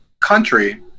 country